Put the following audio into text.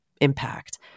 impact